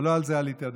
אבל לא לזה עליתי,